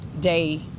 day